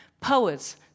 poets